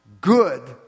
Good